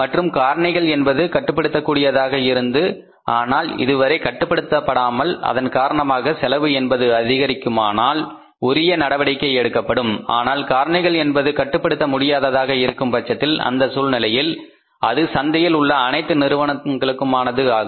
மற்றும் காரணிகள் என்பது கட்டுப்படுத்தக் கூடியதாக இருந்து ஆனால் இதுவரை கட்டுப்படுத்த படாமல் அதன் காரணமாக செலவு என்பது அதிகரிக்குமானால் உரிய நடவடிக்கை எடுக்கப்படும் ஆனால் காரணிகள் என்பது கட்டுப்படுத்த முடியாததாக இருக்கும் பட்சத்தில் அந்த சூழ்நிலையில் அது சந்தையில் உள்ள அனைத்து நிறுவனங்களுக்குமானது ஆகும்